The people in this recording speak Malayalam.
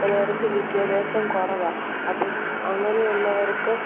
ചിലവർക്ക് വിദ്യാഭ്യാസം കുറവാണ് അപ്പം അങ്ങനെ ഉള്ളവർക്ക്